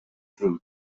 through